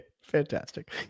fantastic